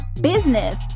business